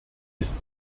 ist